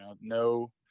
no